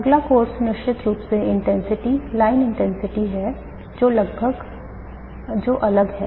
अगला course निश्चित रूप से line intensity है जो अलग हैं